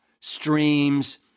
streams